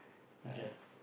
okay